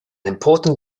important